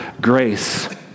grace